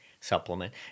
supplement